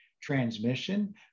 transmission